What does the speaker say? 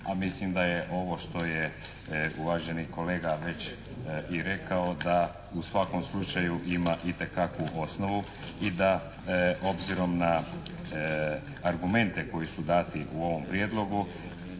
a mislim da je ovo što je uvaženi kolega već i rekao da u svakom slučaju ima itekakvu osnovu i da obzirom na argumente koji su dati u ovom prijedlogu